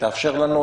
שתאפשר לנו,